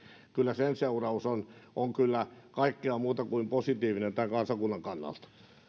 kyllä sen seuraus on on kaikkea muuta kuin positiivinen tämän kansakunnan kannalta